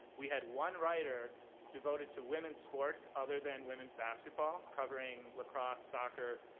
we had one writer devoted to women's sports other than women's basketball, covering lacrosse, soccer,